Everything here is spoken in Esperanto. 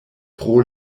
pro